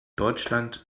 deutschland